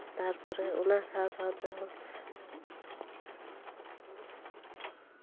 ᱛᱟᱨᱯᱚᱨᱮ ᱚᱱᱟ ᱥᱟᱶᱼᱥᱟᱶ ᱛᱮᱦᱚᱸ